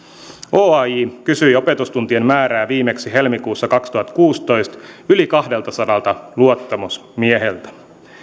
oaj kysyi opetustuntien määrää viimeksi helmikuussa kaksituhattakuusitoista yli kahdeltasadalta luottamusmieheltä